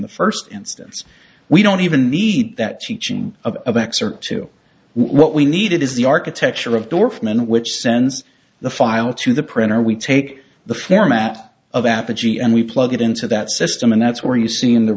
the first instance we don't even need that teaching of x or to what we need it is the architecture of dorfman which sends the file to the printer we take the format of apogee and we plug it into that system and that's where you see in the